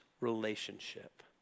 relationship